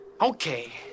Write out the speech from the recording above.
Okay